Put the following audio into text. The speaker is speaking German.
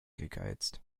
gegeizt